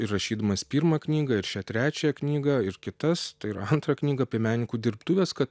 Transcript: ir rašydamas pirmą knygą ir šią trečiąją knygą ir kitas tai yra antrą knygą apie menininkų dirbtuves kad